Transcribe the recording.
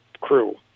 crew